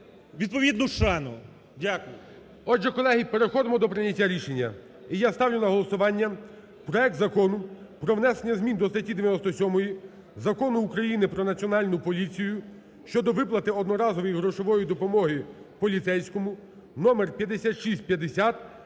відповідну шану. Дякую. ГОЛОВУЮЧИЙ. Отже, колеги, переходимо до прийняття рішення. І я ставлю на голосування проект Закону про внесення змін до статті 97 Закону України "Про Національну поліцію" щодо виплати одноразової грошової допомоги поліцейському (№ 5650)